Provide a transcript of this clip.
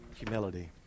humility